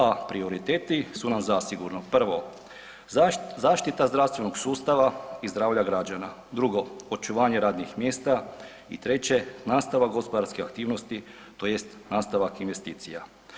A prioriteti su nam zasigurno, prvo zaštita zdravstvenog sustava i zdravlja građana, drugo očuvanje radnih mjesta i treće nastavak gospodarske aktivnosti tj. nastavak investicija.